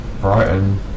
Brighton